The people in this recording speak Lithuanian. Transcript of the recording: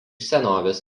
senovės